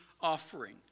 offering